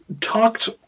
talked